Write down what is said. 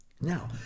Now